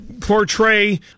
portray